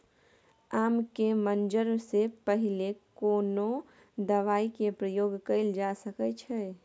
आम के मंजर से पहिले कोनो दवाई के प्रयोग कैल जा सकय अछि?